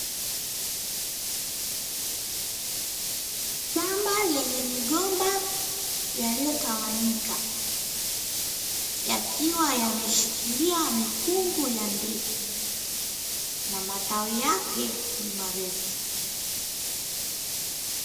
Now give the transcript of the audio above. Shamba lenye migomba yaliyotawanyika, yakiwa yameshikilia mikungu ya ndizi, na matawi yake ni marefu.